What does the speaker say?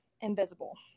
invisible